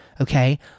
Okay